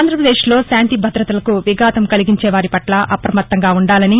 ఆంధ్రాపదేశ్లో శాంతి భద్రతలకు విఘాతం కలిగించేవారి పట్ల అపమత్తంగా ఉండాలని